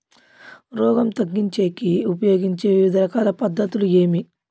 రోగం తగ్గించేకి ఉపయోగించే వివిధ రకాల పద్ధతులు ఏమి?